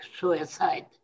suicide